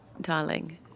darling